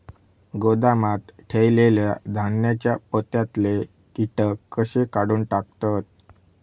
गोदामात ठेयलेल्या धान्यांच्या पोत्यातले कीटक कशे काढून टाकतत?